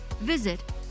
visit